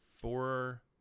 Four